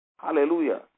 Hallelujah